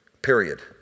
period